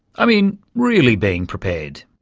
i mean really being prepared.